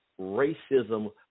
racism